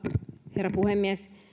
herra puhemies